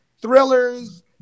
thrillers